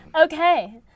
Okay